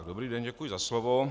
Dobrý den, děkuji za slovo.